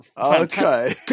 Okay